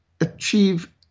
achieve